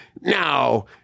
now